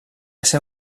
ser